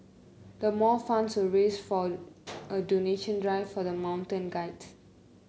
the more funds were raised from a donation drive for the mountain guides